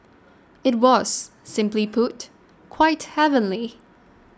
it was simply put quite heavenly